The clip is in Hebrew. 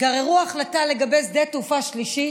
גררו החלטה לגבי שדה תעופה שלישי